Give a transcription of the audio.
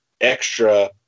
extra